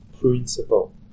principle